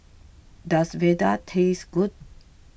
does Vadai taste good